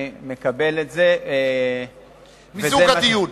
מיזוג הדיון.